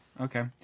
Okay